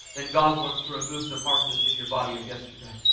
then god wants to remove the mark that's in your body of yesterday.